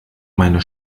meine